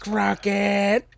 rocket